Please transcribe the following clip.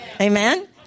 Amen